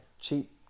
cheap